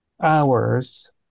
hours